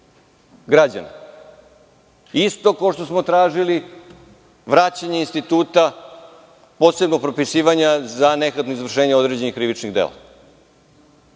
građana, isto kao što smo tražili vraćanje instituta posebno propisivanja za nehatno izvršenje krivičnih